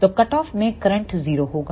तो cut off में current 0 होगा